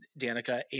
Danica